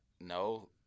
no